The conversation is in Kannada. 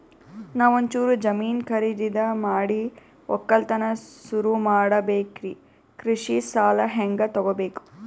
ನಾ ಒಂಚೂರು ಜಮೀನ ಖರೀದಿದ ಮಾಡಿ ಒಕ್ಕಲತನ ಸುರು ಮಾಡ ಬೇಕ್ರಿ, ಕೃಷಿ ಸಾಲ ಹಂಗ ತೊಗೊಬೇಕು?